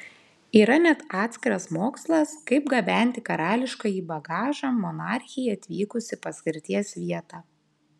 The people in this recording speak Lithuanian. yra net atskiras mokslas kaip gabenti karališkąjį bagažą monarchei atvykus į paskirties vietą